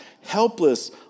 Helpless